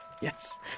Yes